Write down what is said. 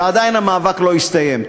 ועדיין המאבק לא הסתיים.